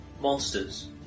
monsters